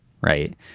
right